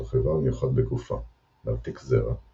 בתוך איבר מיוחד בגופה – נרתיק זרע –